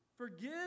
Forgive